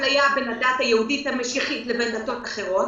אפליה בין הדת היהודית המשיחית לבין דתות אחרות,